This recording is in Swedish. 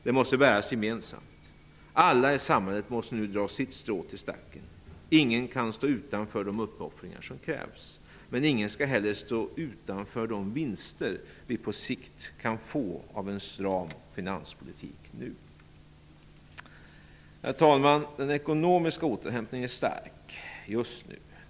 Den måste bäras gemensamt. Alla i samhället måste nu dra sitt strå till stacken. Ingen kan stå utanför de uppoffringar som krävs, men ingen skall heller stå utanför de vinster vi på sikt kan få av en stram finanspolitik nu. Herr talman! Den ekonomiska återhämtningen är stark just nu.